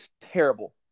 terrible